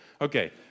Okay